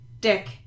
Dick